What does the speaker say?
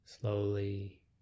slowly